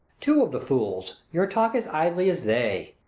two of the fools! your talk as idly as they.